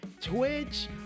twitch